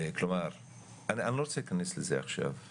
כלומר אני לא רוצה להיכנס לזה עכשיו,